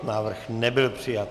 Návrh nebyl přijat.